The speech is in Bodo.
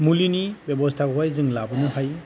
मुलिनि बेबस्थाखौहाय जों लाबोनो हायो